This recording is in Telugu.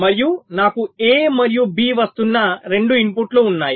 మరియు నాకు A మరియు B వస్తున్న 2 ఇన్పుట్లు ఉన్నాయి